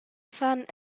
fan